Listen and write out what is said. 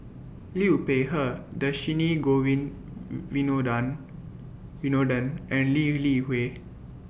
Liu Peihe Dhershini Govin Winodan Winoden and Lee Li Hui